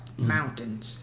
Mountains